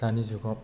दानि जुगाव